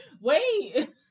wait